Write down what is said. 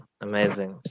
Amazing